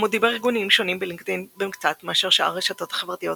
העמודים הארגוניים שונים בלינקדאין במקצת מאשר שאר הרשתות החברתיות